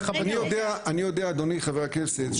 אדוני חבר הכנסת,